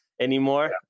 anymore